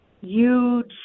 huge